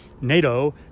NATO